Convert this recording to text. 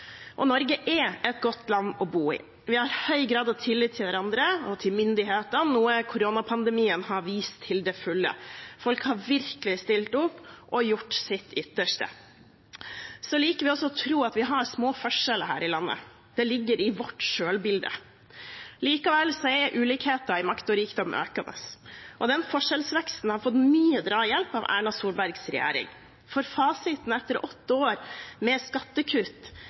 Norge er et godt land å bo i. Vi har høy grad av tillit til hverandre og til myndighetene, noe koronapandemien har vist til fulle. Folk har virkelig stilt opp og gjort sitt ytterste. Vi liker også å tro at vi har små forskjeller her i landet. Det ligger i vårt selvbilde. Likevel er ulikheten i makt og rikdom økende. Den forskjellsveksten har fått mye drahjelp av Erna Solbergs regjering, for fasiten etter åtte år med skattekutt